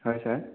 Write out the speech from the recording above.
হয় ছাৰ